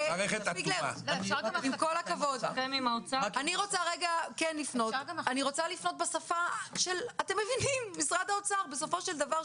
אני רוצה לפנות בשפה שאתם מבינים במשרד האוצר: בסופו של דבר,